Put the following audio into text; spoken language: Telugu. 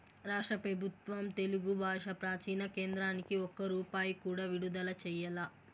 రాష్ట్ర పెబుత్వం తెలుగు బాషా ప్రాచీన కేంద్రానికి ఒక్క రూపాయి కూడా విడుదల చెయ్యలా